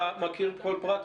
אתה מכיר כל פרט?